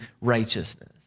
righteousness